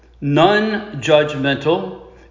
non-judgmental